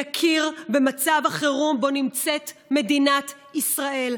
נכיר במצב החירום שבו נמצאת מדינת ישראל,